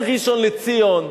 אין ראשון-לציון,